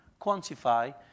quantify